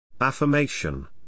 Affirmation